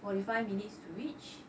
forty five minutes to reach